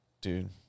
Dude